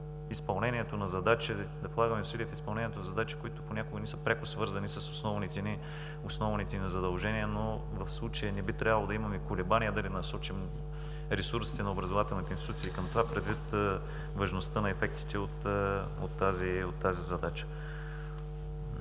изпълнението на задачи, да полагаме усилия в изпълнението на задачи, които понякога не са пряко свързани с основните ни задължения, но в случая не би трябвало да имаме колебания да не насочим ресурсите на образователните институции към това, предвид важността на ефектите от тази задача.